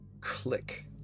click